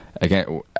again